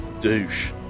Douche